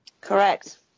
Correct